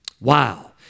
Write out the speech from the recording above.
Wow